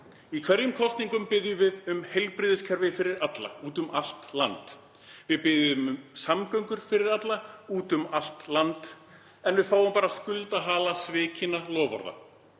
Í hverjum kosningum biðjum við um heilbrigðiskerfi fyrir alla úti um allt land. Við biðjum um samgöngur fyrir alla úti um allt land en við fáum bara skuldahala svikinna loforða.